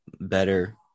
better